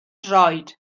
droed